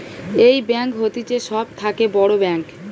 এই ব্যাঙ্ক হতিছে সব থাকে বড় ব্যাঙ্ক